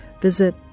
visit